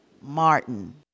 Martin